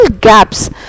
gaps